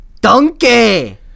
Donkey